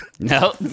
No